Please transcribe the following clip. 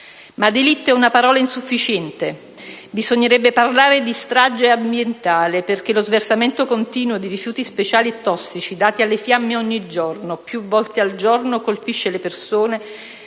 Ma «delitto» è una parola insufficiente: bisognerebbe parlare di strage ambientale, perché lo sversamento continuo di rifiuti speciali e tossici, dati alle fiamme ogni giorno, più volte al giorno, colpisce le persone,